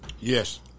Yes